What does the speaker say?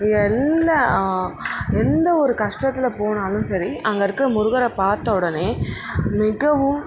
எல்லா எந்த ஒரு கஷ்டத்தில் போனாலும் சரி அங்கே இருக்கிற முருகரை பார்த்த உடனே மிகவும்